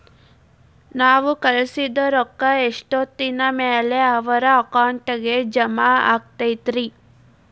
ನಾವು ಕಳಿಸಿದ್ ರೊಕ್ಕ ಎಷ್ಟೋತ್ತಿನ ಮ್ಯಾಲೆ ಅವರ ಅಕೌಂಟಗ್ ಜಮಾ ಆಕ್ಕೈತ್ರಿ?